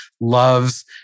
loves